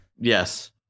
Yes